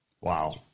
Wow